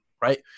Right